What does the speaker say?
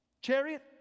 chariot